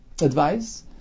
advice